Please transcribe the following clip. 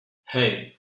hey